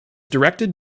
directed